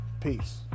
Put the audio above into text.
Peace